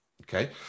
Okay